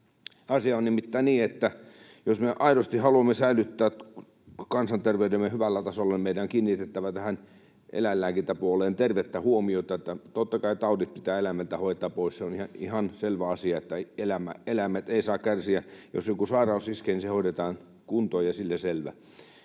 Asia on nimittäin niin, että jos me aidosti haluamme säilyttää kansanterveytemme hyvällä tasolla, meidän on kiinnitettävä tähän eläinlääkintäpuoleen tervettä huomiota. Totta kai taudit pitää eläimiltä hoitaa pois. Se on ihan selvä asia, että eläimet eivät saa kärsiä, ja jos joku sairaus iskee, niin se hoidetaan kuntoon ja sillä selvä.